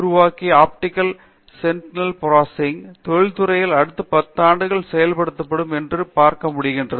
D யில் உருவாக்கிய optical signal processor தொழில் துறையில் அடுத்த 10 ஆண்டுகள் செயல்படுத்தப்படும் என்று பார்க்க முடியாது